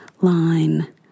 line